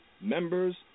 members